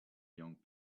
young